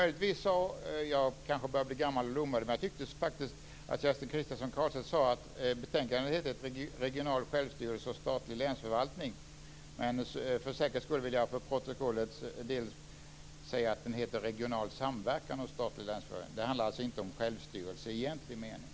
Jag börjar kanske bli gammal och lomhörd, men jag tyckte faktiskt att Kerstin Kristiansson Karlstedt sade att betänkandet heter Regional självstyrelse och statlig länsförvaltning. För säkerhets skull vill jag för protokollet säga att det heter Regional samverkan och statlig länsförvaltning. Det handlar inte om självstyrelse i egentlig mening.